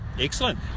excellent